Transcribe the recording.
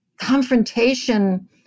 confrontation